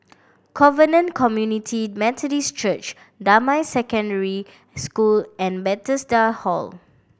Covenant Community Methodist Church Damai Secondary School and Bethesda Hall